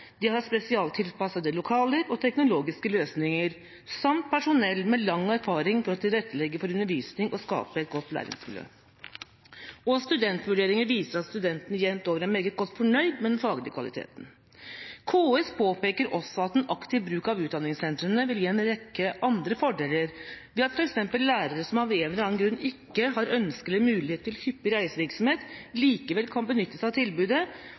de har spesialtilpassede lokaler og teknologiske løsninger samt personell med lang erfaring fra å tilrettelegge for undervisning og skape et godt læringsmiljø. Og studentvurderinger viser at studentene jevnt over er meget godt fornøyd med den faglige kvaliteten. KS påpeker også at en aktiv bruk av utdanningssentrene vil gi en rekke andre fordeler, ved at f.eks. lærere som av en eller annen grunn ikke har ønske om eller mulighet til hyppig reisevirksomhet, likevel kan benytte seg av tilbudet,